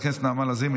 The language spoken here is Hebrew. חברת הכנסת נעמה לזימי,